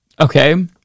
okay